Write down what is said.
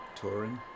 touring